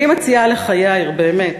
אני מציעה לך, יאיר, באמת,